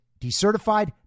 decertified